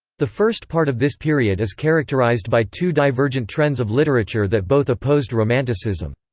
the first part of this period is characterized by two divergent trends of literature that both opposed romanticism.